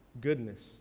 goodness